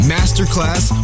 Masterclass